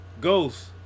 Ghost